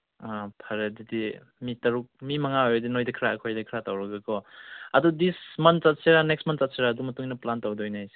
ꯑꯥ ꯐꯔꯦ ꯑꯗꯨꯗꯤ ꯃꯤ ꯇꯔꯨꯛ ꯃꯤ ꯃꯉꯥ ꯑꯣꯏꯗꯤ ꯅꯣꯏꯗ ꯈꯔ ꯑꯩꯈꯣꯏꯗ ꯈꯔ ꯇꯧꯔꯒꯀꯣ ꯑꯗꯨꯗꯤ ꯗꯤꯁ ꯃꯟ ꯆꯠꯁꯤꯔꯥ ꯅꯦꯛꯁ ꯃꯟ ꯆꯠꯁꯤꯔꯥ ꯑꯗꯨ ꯃꯇꯨꯡꯏꯟꯅ ꯄ꯭ꯂꯥꯟ ꯇꯧꯗꯣꯏꯅꯦ ꯑꯩꯁꯦ